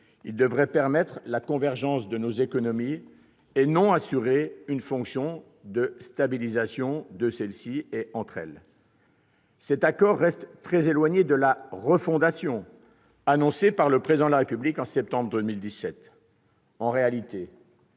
de permettre la convergence de nos économies, et non d'assurer une fonction de stabilisation de celles-ci et de leurs rapports. Cet accord reste très éloigné de la « refondation » annoncée par le Président de la République en septembre 2017. En réalité,